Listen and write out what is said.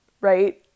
right